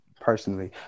personally